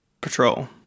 Patrol